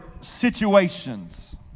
situations